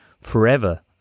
forever